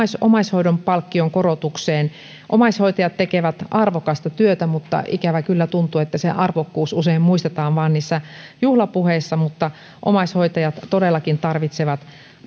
omaishoidon palkkion korotukseen omaishoitajat tekevät arvokasta työtä mutta ikävä kyllä tuntuu että se arvokkuus usein muistetaan vain niissä juhlapuheissa mutta omaishoitajat todellakin tarvitsevat